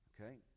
Okay